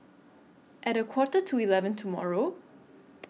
At A Quarter to eleven tomorrow